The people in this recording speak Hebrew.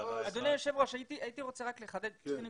אדוני היושב ראש, הייתי רוצה רק לחדד שתי נקודות.